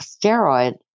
steroid